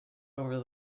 over